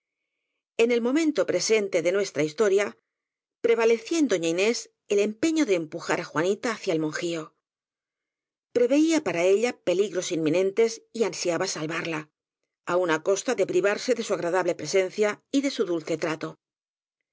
en el momento presente de nuestra historia prevalecía en doña inés el empeño de empujar á juanita hacia el monjío preveía para ella peligros inminentes y ansiaba salvarla aun á costa de pri varse de su agradable presencia y de su dulce trato